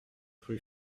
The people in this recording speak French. rue